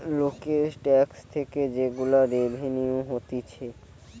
লোকের ট্যাক্স থেকে যে গুলা রেভিনিউ হতিছে